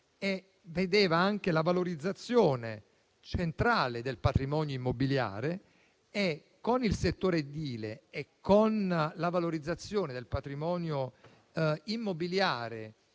edile ed anche la valorizzazione centrale del patrimonio immobiliare. Con il settore edile e con la valorizzazione del patrimonio immobiliare